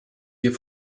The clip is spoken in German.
hier